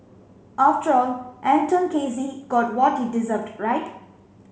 after all Anton Casey got what he deserved right